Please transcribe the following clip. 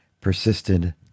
persisted